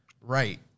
right